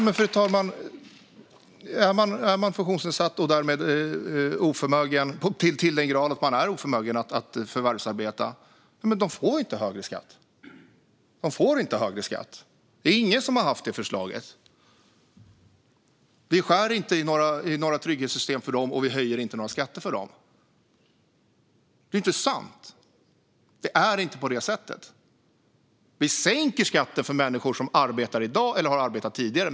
Fru talman! Människor som är funktionsnedsatta i en sådan grad att de är oförmögna att förvärvsarbeta får inte högre skatt. Det är ingen som har ett sådant förslag. Vi skär inte i några trygghetssystem för dem, och vi höjer inte några skatter för dem. Det är inte sant. Det är inte på det sättet. Vi sänker skatten för människor som arbetar i dag eller som har arbetat tidigare.